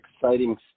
exciting